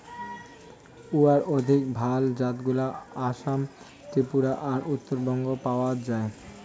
গুয়ার অধিক ভাল জাতগুলা আসাম, ত্রিপুরা আর উত্তরবঙ্গত পাওয়াং যাই